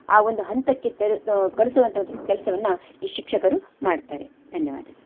ಆ ಒಂದು ಹಂತಕ್ಕೆ ಕಳಿಸುವಂಥ ಒಂದು ಕೆಲಸವನ್ನ ಈ ಶಿಕ್ಷಕರು ಮಾಡ್ತಾರೆ ಧನ್ಯವಾದಗಳು